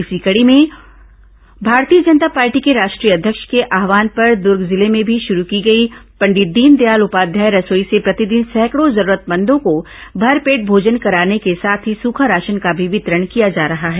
इसी कडी में भारतीय जनता पार्टी के राष्ट्रीय अध्यक्ष के आहवान पर दर्ग ंजिले में भी शरू की गई पंडित दीनदयाल उपाध्याय रसोई से प्रतिदिन सैकड़ो जरूरतमंदों को भरपेट भोजन कराने के साथ हो सूखा राशन का भी वितरण किया जा रहा है